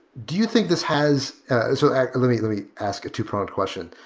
do you think this has so let me let me ask a two-pronged question.